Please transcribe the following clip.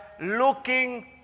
looking